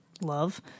love